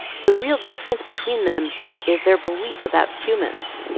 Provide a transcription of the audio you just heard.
the real difference between them is their belief about humans.